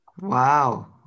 Wow